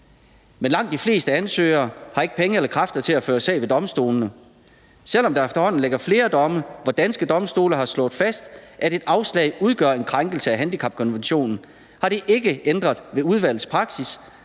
Men langt de fleste ansøgere har ikke penge eller kræfter til at føre sag ved domstolene. Selv om der efterhånden ligger flere domme, hvor danske domstole har slået fast, at et afslag udgør en krænkelse af handicapkonventionen, har det ikke ændret ved udvalgets praksis,